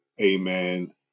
amen